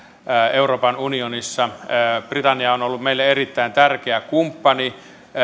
euroopan unionissa britannia on ollut meille erittäin tärkeä kumppani